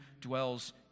dwells